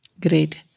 Great